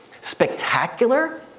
spectacular